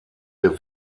der